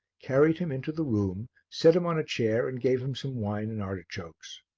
carried him into the room, set him on a chair and gave him some wine and artichokes.